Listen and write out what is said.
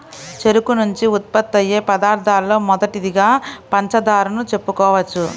చెరుకు నుంచి ఉత్పత్తయ్యే పదార్థాలలో మొదటిదిగా పంచదారను చెప్పుకోవచ్చు